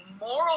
moral